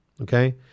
okay